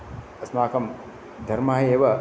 अस्माकं धर्मः एव